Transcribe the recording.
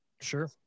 sure